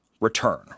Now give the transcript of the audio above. return